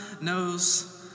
knows